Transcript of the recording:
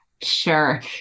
Sure